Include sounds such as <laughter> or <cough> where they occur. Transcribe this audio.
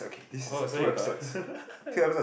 oh so you got <laughs>